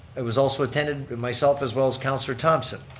that was also attended, myself as well as councilor thomson.